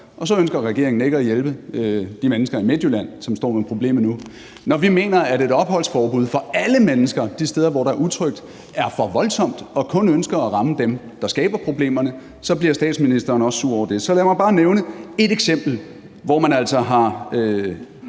Og så ønsker regeringen ikke at hjælpe de mennesker i Midtjylland, som står med problemet nu. Når vi mener, at et opholdsforbud for alle mennesker de steder, hvor der er utrygt, er for voldsomt og vi kun ønsker at ramme dem, der skaber problemerne, bliver statsministeren også sur over det. Lad mig bare nævne ét eksempel, hvor man altså har